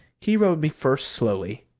he rode me first slowly,